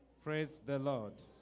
praise the lord